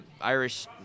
Irish